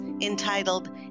entitled